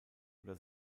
oder